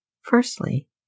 Firstly